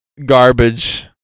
garbage